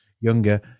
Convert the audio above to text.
younger